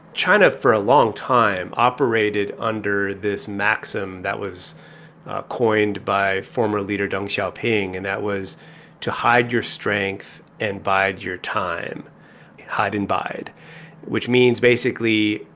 china, for a long time, operated under this maxim that was coined by former leader deng xiaoping. and that was to hide your strength and bide your time hide and bide which means, basically,